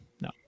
no